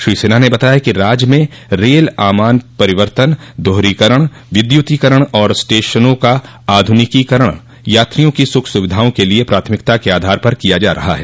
श्री सिन्हा ने बताया कि राज्य में रेल आमान परिवर्तन दोहरीकरण विद्युतीकरण और स्टेशनों का आध्र्निकीकरण यात्रियों की सुख सुविधाओं के लिए प्राथमिकता के आधार पर किया जा रहा है